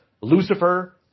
Lucifer